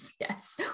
Yes